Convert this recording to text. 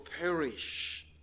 perish